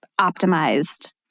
optimized